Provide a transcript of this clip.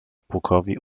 pukowi